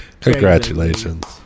Congratulations